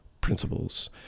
principles